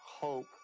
hope